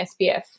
SPF